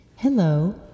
Hello